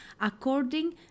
according